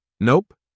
Nope